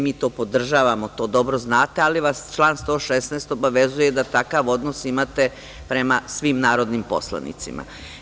Mi to podržavamo i vi to dobro znate, ali vas član 116. obavezuje da takav odnos imate prema svim narodnim poslanicima.